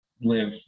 live